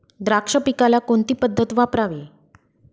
द्राक्ष पिकाला कोणती पद्धत वापरावी?